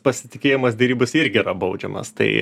pasitikėjimas derybose irgi yra baudžiamas tai